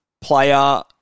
player